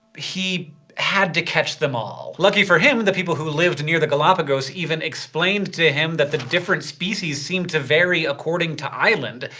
he had to catch them all. lucky for him, the people who lived near the galapagos even explained to him that the different species seemed to vary according to island.